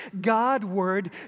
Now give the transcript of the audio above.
God-word